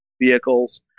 vehicles